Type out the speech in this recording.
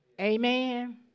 Amen